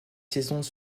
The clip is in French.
saisons